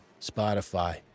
Spotify